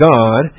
God